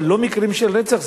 אבל לא מקרים של רצח.